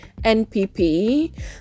npp